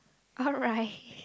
alright